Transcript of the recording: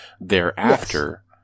Thereafter